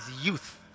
youth